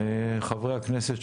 חברי הכנסת,